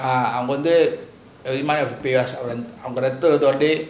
ah அங்க வந்து இது மாறி:anga vanthu ithu maari